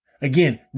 Again